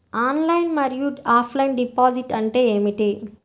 Online మరియు offline deposit అంటే ఏమిటి?